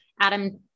Adam